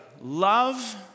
Love